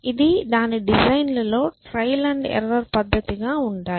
ఇది దాని డిజైన్లలో ట్రయల్ మరియు ఎర్రర్పద్ధతి గా ఉంటాయి